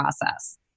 process